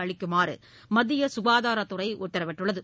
அளிக்குமாறு மத்திய சுகாதாரத் துறை உத்தரவிட்டுள்ளது